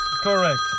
Correct